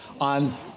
on